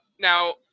Now